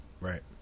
right